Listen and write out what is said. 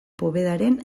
povedaren